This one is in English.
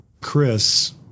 Chris